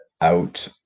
out